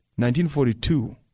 1942